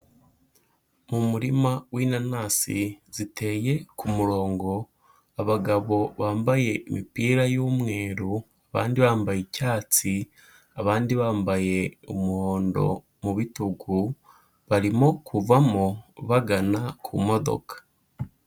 Mu murima w'inanasi ziteye ku murongo, abagabo bambaye imipira y'umweru, abandi bambaye icyatsi, abandi bambaye umuhondo mu bitugu, barimo kuvamo bagana ku modoka.